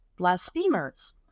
Blasphemers